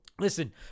Listen